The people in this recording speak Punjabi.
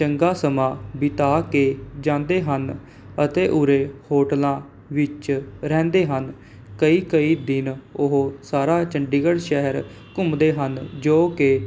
ਚੰਗਾ ਸਮਾਂ ਬਿਤਾ ਕੇ ਜਾਂਦੇ ਹਨ ਅਤੇ ਉਰੇ ਹੋਟਲਾਂ ਵਿੱਚ ਰਹਿੰਦੇ ਹਨ ਕਈ ਕਈ ਦਿਨ ਉਹ ਸਾਰਾ ਚੰਡੀਗੜ੍ਹ ਸ਼ਹਿਰ ਘੁੰਮਦੇ ਹਨ ਜੋ ਕਿ